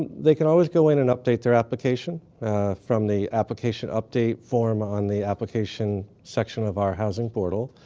they can always go in and update their application ah from the application update form on the application section of our housing portal.